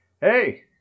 hey